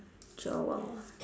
joel